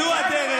גבול.